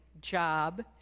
job